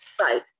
right